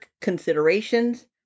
considerations